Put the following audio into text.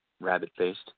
rabbit-faced